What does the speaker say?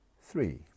three